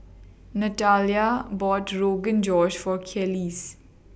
Natalya bought Rogan Josh For Kelis